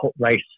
race